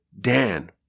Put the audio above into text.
Dan